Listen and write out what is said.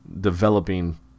developing